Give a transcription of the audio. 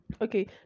okay